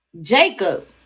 jacob